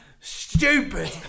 Stupid